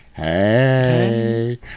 Hey